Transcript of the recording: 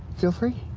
feel free.